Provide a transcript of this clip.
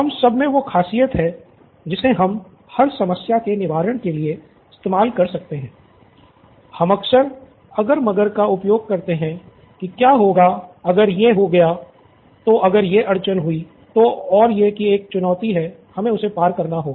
हम सब मे वो ख़ासियत है जिसे हम हर समस्या के निवारण के लिए इस्तेमाल कर सकते है हम अक्सर अगर मगर का उपयोग करते है की क्या होगा अगर ये हो गया तो अगर ये अड़चन हुई तो और यह ही एक चुनौती है जिसको हमे पार करना है